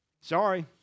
Sorry